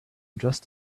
just